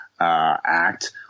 act